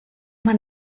man